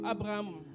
Abraham